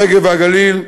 הנגב והגליל,